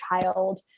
child